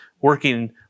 working